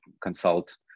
consult